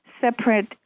separate